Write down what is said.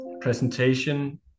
presentation